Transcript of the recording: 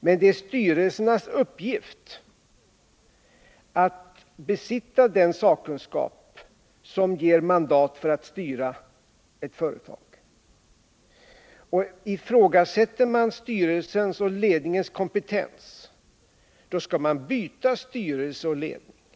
Men det är styrelsernas uppgift att besitta den sakkunskap som ger mandat för att styra ett företag. Ifrågasätter man styrelsens och ledningens kompetens, skall man verka för att styrelse och ledning byts ut.